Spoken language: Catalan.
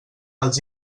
els